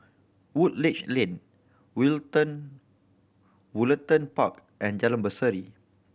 Woodleigh Lane Woollerton Park and Jalan Berseri